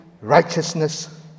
righteousness